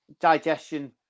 digestion